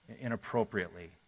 inappropriately